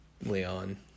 Leon